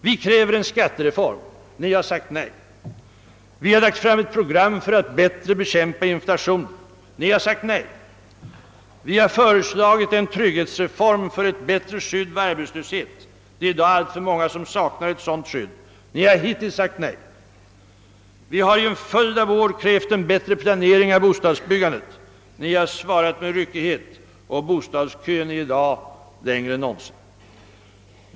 Vi kräver en skattereform — ni har sagt nej. Vi har lagt fram ett program för att bättre bekämpa inflationen — ni har sagt nej. Vi har föreslagit en trygghetsreform för ett bättre skydd vid arbetslöshet — det är i dag alltför många som saknar ett sådant skydd — ni har hittills sagt nej. Vi har under en följd av år krävt en bättre planering av bostadsbyggandet — ni har svarat med ryckighet, och bostadsköerna är i dag längre än någonsin.